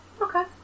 Okay